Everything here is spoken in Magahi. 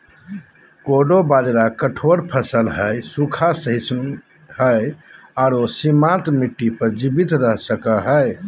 कोडो बाजरा कठोर फसल हइ, सूखा, सहिष्णु हइ आरो सीमांत मिट्टी पर जीवित रह सको हइ